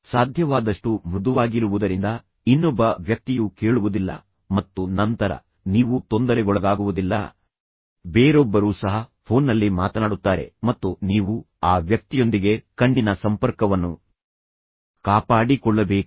ಸಾಧ್ಯವಾದಷ್ಟು ಮೃದುವಾಗಿರುವುದರಿಂದ ಇನ್ನೊಬ್ಬ ವ್ಯಕ್ತಿಯು ಕೇಳುವುದಿಲ್ಲ ಮತ್ತು ನಂತರ ನೀವು ತೊಂದರೆಗೊಳಗಾಗುವುದಿಲ್ಲ ಬೇರೊಬ್ಬರು ಸಹ ಫೋನ್ನಲ್ಲಿ ಮಾತನಾಡುತ್ತಾರೆ ಮತ್ತು ನೀವು ಆ ವ್ಯಕ್ತಿಯೊಂದಿಗೆ ಕಣ್ಣಿನ ಸಂಪರ್ಕವನ್ನು ಕಾಪಾಡಿಕೊಳ್ಳಬೇಕು